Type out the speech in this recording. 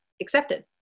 accepted